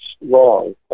wrong